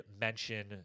mention